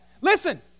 Listen